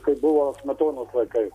kaip buvo smetonos laikais